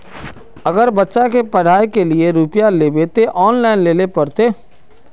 अगर बच्चा के पढ़ाई के लिये रुपया लेबे ते ऑनलाइन लेल पड़ते?